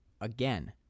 again